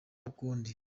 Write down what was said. ukundi